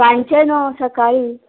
सांचें न्हू सकाळीं